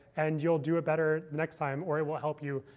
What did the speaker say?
and you'll do it better next time. or it will help you.